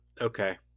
Okay